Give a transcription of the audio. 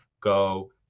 Go